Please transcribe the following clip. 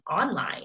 online